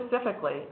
specifically